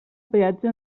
peatge